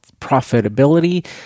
profitability